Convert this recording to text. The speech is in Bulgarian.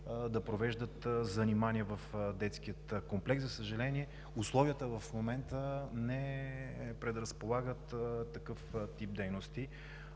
да провеждат занимания в детския комплекс. За съжаление, условията в момента не предразполагат такъв тип дейности.